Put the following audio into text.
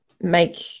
make